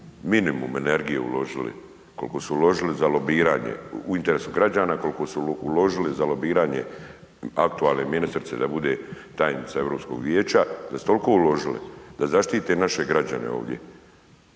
minimum energije uložili koliko su uložili za lobiranje, u interesu građana, kolko su uložili za lobiranje aktualne ministrice da bude tajnica Europskog vijeća, da su toliko uložili da zaštite naše građane ovdje.